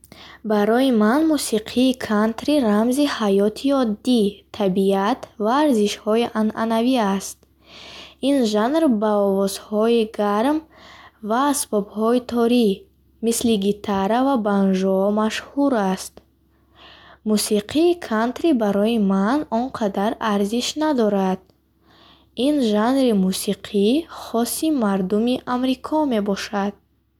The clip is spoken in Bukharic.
Барои ман мусиқии кантри рамзи ҳаёти оддӣ, табиат ва арзишҳои анъанавӣ аст. Ин жанр бо овозҳои гарм ва асбобҳои торӣ, мисли гитара ва банжо машҳур аст. Мусиқии кантри барои ман он қадар арзиш надорад. Ин жанри мусиқи хоси мардуми амрико мебошад.